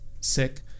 sick